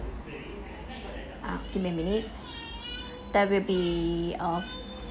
uh give me a minutes there will be a